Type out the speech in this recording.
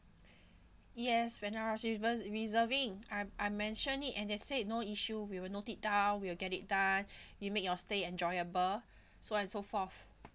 yes when I was reserve~ reserving I'm I'm mentioned it and they say no issue we will note it down we will get it done you make your stay enjoyable so and so forth